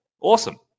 awesome